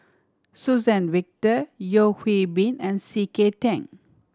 Suzann Victor Yeo Hwee Bin and C K Tang